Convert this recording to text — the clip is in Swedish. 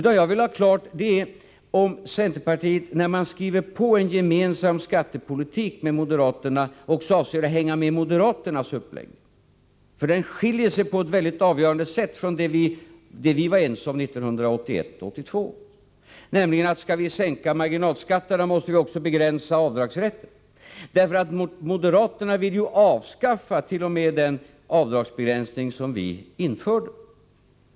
Vad jag vill ha klargjort är om centerpartiet, när man skriver på en motion om skattepolitik gemensamt med moderaterna, också avser att hänga med i moderaternas uppläggning. Den skiljer sig ju på ett mycket avgörande sätt från det som centerpartiet och vi inom socialdemokratin var ense om 1981 och 1982, nämligen att om vi skall sänka marginalskatterna måste vi också begränsa avdragsrätten. Moderaterna vill ju avskaffat.o.m. den avdragsbegränsning som vi införde.